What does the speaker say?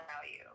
value